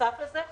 בנוסף לזה,